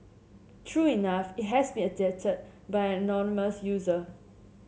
true enough it has been edited by an anonymous user